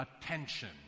attention